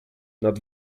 nad